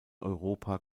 europa